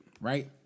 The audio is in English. right